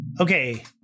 Okay